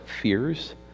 fears